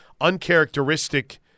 Uncharacteristic